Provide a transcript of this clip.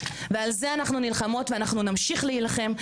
ועל זה אנחנו נלחמות ואנחנו נמשיך להילחם,